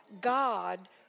God